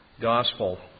Gospel